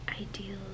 Ideal